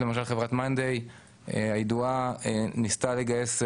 למשל חברת מאנדיי הידועה ניסתה לגייס,